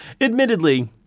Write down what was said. admittedly